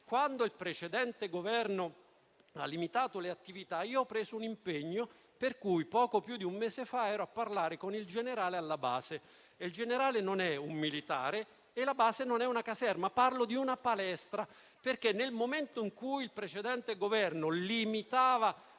quando il precedente Governo ha limitato le attività, ho preso un impegno per cui poco più di un mese fa ero a parlare con il generale alla base (e il generale non è un militare e la base non è una caserma, ma una palestra). Nel momento in cui il precedente Governo limitava